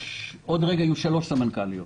בעוד רגע יהיו שלוש סמנכ"ליות.